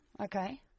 Okay